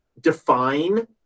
define